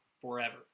forever